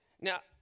Now